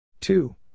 two